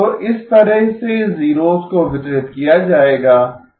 तो इस तरह से जीरोस को वितरित किया जाएगा